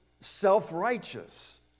self-righteous